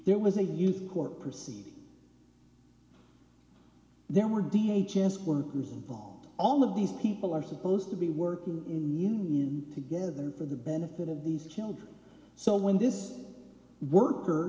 there was a youth court proceeding there were d h esque workers all of these people are supposed to be working in union together for the benefit of these children so when this worker